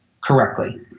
correctly